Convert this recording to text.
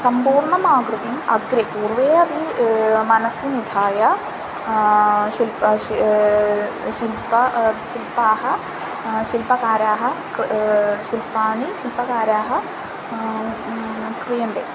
सम्पूर्णम् आकृतिम् अग्रे पूर्वे अपि मनसि निधाय शिल्प शिल्प शिल्पाः शिल्पकाराः शिल्पाणि शिल्पकाराः क्रियन्ते